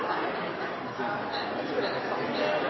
Det er jo